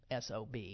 SOB